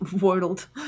world